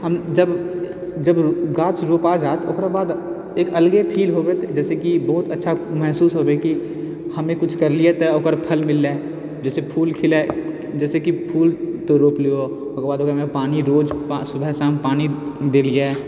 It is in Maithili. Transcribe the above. हम जब जब गाछ रोपा जात ओकराबाद एक अलगे फील होबेत जैसे कि बहुत अच्छा महसूस होबे की हमे कुछ करलियै तऽ ओकर फल मिललै जैसे फूल खिलै जैसे कि फूल तू रोपलू ओकरबाद ओकरामे पानि रोज सुबह शाम पानि देलियै